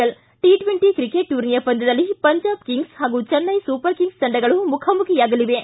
L T twenty cricket ಟೂರ್ನಿಯ ಪಂದ್ಯದಲ್ಲಿ Punjab kings ಹಾಗೂ ಚೆನ್ನೈ ಸೂಪರ್ ಕಿಂಗ್ಸ್ ತಂಡಗಳು ಮುಖಾಮುಖಿಯಾಗಲಿವೆ